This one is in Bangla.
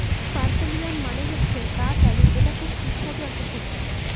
পার্পেলিয়াম মানে হচ্ছে গাছ আলু এটা খুব সুস্বাদু একটা সবজি